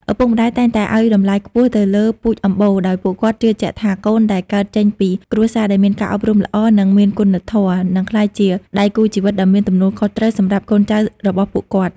ឪពុកម្ដាយតែងតែឱ្យតម្លៃខ្ពស់ទៅលើ "ពូជអម្បូរ" ដោយពួកគាត់ជឿជាក់ថា កូនដែលកើតចេញពីគ្រួសារដែលមានការអប់រំល្អ និងមានគុណធម៌ នឹងក្លាយជាដៃគូជីវិតដ៏មានទំនួលខុសត្រូវសម្រាប់កូនចៅរបស់ពួកគាត់។